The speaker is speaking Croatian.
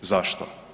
Zašto?